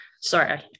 Sorry